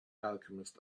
alchemist